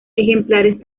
ejemplares